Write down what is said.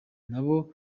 nabo